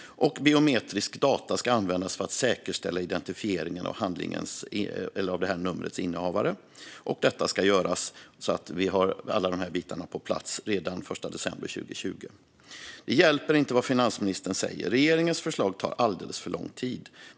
Biometriska data ska användas för att säkerställa identifieringen av numrets innehavare. Detta ska göras så att vi har alla bitar på plats redan den 1 december 2020. Det hjälper inte vad finansministern säger. Regeringens förslag tar alldeles för lång tid.